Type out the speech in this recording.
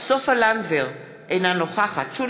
והם לא ישנים בבתים